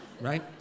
right